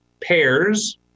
pairs